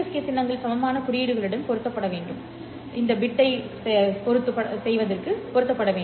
K சின்னங்கள் சமமான குறியீடுகளுடன் பொருத்தப்பட வேண்டும் பிட் செய்ய